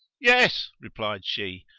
yes, replied she,